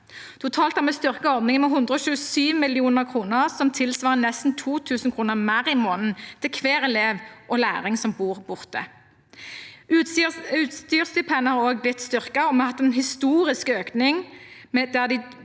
Totalt har vi styrket ordningen med 127 mill. kr, noe som tilsvarer nesten 2 000 kr mer i måneden til hver elev og lærling som bor borte. Utstyrsstipendet har også blitt styrket. Vi har hatt en historisk økning